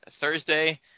Thursday